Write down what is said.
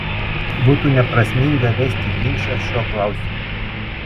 būtų neprasminga vesti ginčą šiuo klausimu